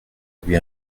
lui